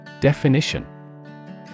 Definition